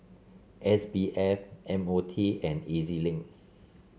S B F M O T and E Z Link